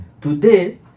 Today